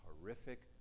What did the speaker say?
horrific